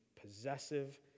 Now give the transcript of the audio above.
possessive